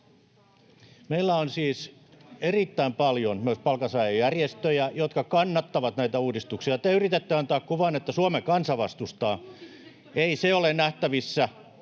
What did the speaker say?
Meillä on siis erittäin paljon myös palkansaajajärjestöjä, jotka kannattavat näitä uudistuksia. Te yritätte antaa kuvan, että Suomen kansa vastustaa. Ei se ole nähtävissä,